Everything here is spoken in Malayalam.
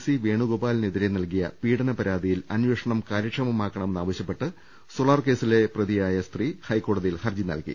സി വേണുഗോപാലിനെതിരെ നൽകിയ പീഡന പരാതിയിൽ അന്വേ ഷണം കാര്യക്ഷമമാക്കണമെന്നാവശ്യപ്പെട്ട് സോളാർകേസിലെ പ്രതിയായ സ്ത്രീ ഹൈക്കോടതിയിൽ ഹർജി നൽകി